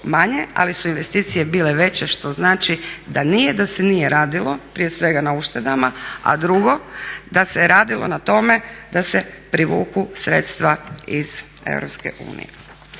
ali su investicije bile veće što znači da nije da se nije radilo prije svega na uštedama, a drugo da se je radilo na tome da se privuku sredstva iz EU.